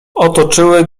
otoczyły